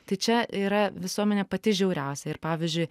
tai čia yra visuomenė pati žiauriausia ir pavyzdžiui